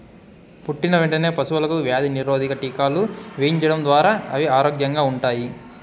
పుట్టిన వెంటనే పశువులకు వ్యాధి నిరోధక టీకాలు వేయించడం ద్వారా అవి ఆరోగ్యంగా ఉంటాయి